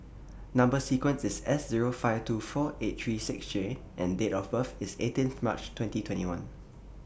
Number sequence IS S Zero five two four eight three six J and Date of birth IS eighteenth March twenty twenty one